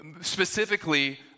specifically